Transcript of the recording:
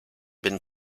been